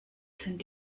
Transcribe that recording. sind